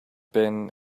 been